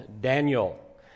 Daniel